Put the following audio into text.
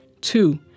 Two